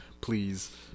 please